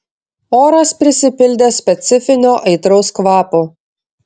oras prisipildė specifinio aitraus kvapo